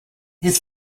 his